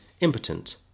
impotent